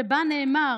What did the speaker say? שבה נאמר,